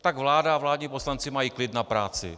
Tak vláda a vládní poslanci mají klid na práci.